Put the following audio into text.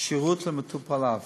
כשירות למטופליו.